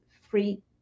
free